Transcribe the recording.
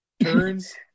turns